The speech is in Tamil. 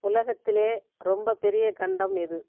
உலகத்திலே ரொம்ப பெரிய கண்டம் எது